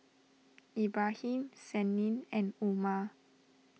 Ibrahim Senin and Umar